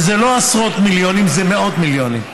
וזה לא עשרות מיליונים, זה מאות מיליונים.